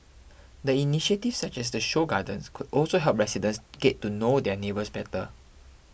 the initiatives such as the show gardens could also help residents get to know their neighbours better